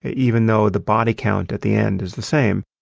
even though the body count at the end is the same.